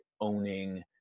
owning